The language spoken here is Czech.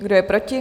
Kdo je proti?